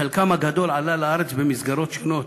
חלקם הגדול עלו לארץ במסגרות שונות,